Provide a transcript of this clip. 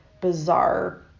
bizarre